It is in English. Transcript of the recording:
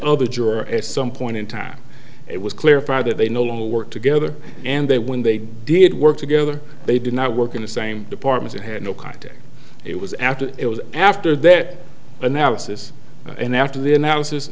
juror at some point in time it was clear that they no longer work together and they when they did work together they did not work in the same department and had no contact it was after it was after that analysis and after the